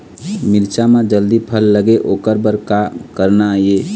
मिरचा म जल्दी फल लगे ओकर बर का करना ये?